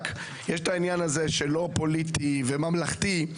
יש את העניין הזה שזה לא פוליטי וממלכתי,